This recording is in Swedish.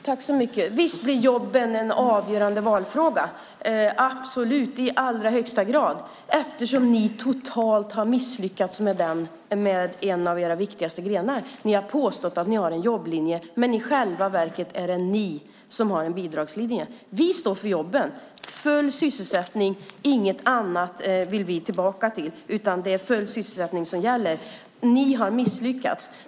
Herr talman! Visst blir jobben en avgörande valfråga - absolut, i allra högsta grad, eftersom ni totalt har misslyckats med en av era viktigaste grenar. Ni har påstått att ni har en jobblinje, men i själva verket är det ni som har en bidragslinje. Vi står för jobben. Vi vill tillbaka till full sysselsättning och ingenting annat. Ni har misslyckats.